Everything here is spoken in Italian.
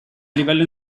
livello